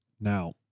Now